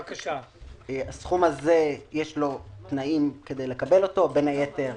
לסכום הזה יש תנאים כדי לקבלו, בין היתר